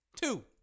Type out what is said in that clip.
Two